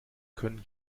können